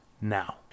now